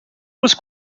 was